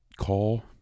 call